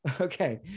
Okay